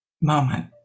moment